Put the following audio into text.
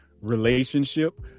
relationship